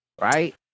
right